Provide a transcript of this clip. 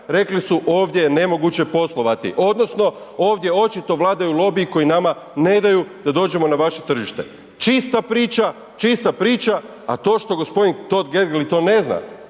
rekli su ovdje je nemoguće poslovati odnosno ovdje očito vladaju lobiji koji nama ne daju da dođemo na vaše tržište. Čista priča, čista priča. A to što gospodin Totgergeli to ne zna,